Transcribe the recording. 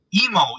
Emo